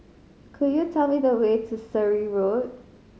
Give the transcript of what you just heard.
could you tell me the way to Surrey Road